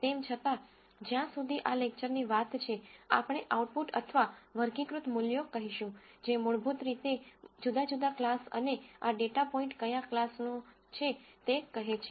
તેમ છતાં જ્યાં સુધી આ લેકચરની વાત છે આપણે આઉટપુટ અથવા વર્ગીકૃત મૂલ્યો કહીશું જે મૂળભૂત રીતે જુદા જુદા ક્લાસ અને આ ડેટા પોઇન્ટ કયા ક્લાસનો છે તે કહે છે